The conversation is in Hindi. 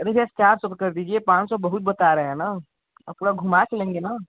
अरे भैया चार सौ पर कर दीजिए पाँच सौ बहुत बात रहे हें न और पूरा घुमाके लेंगे न